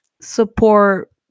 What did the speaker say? support